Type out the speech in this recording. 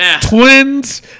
Twins